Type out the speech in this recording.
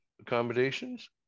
accommodations